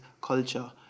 culture